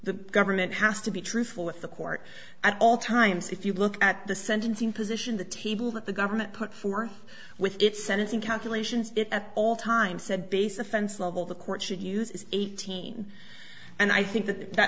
the government has to be truthful with the court at all times if you look at the sentencing position the table that the government put forth with its sentencing calculations it at all times said base offense level the court should use is eighteen and i think that that